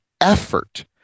effort